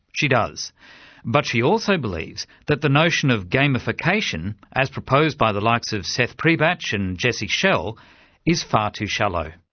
she does but she also believes that the notion of gamification as proposed by the likes of seth priebatsch and jesse schell is far too shallow.